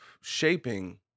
shaping